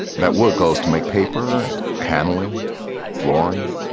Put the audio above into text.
that wood goes to make paper and paneling flooring.